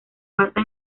basa